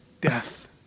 death